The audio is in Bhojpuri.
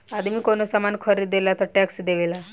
आदमी कवनो सामान ख़रीदेला तऽ टैक्स देवेला